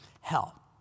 hell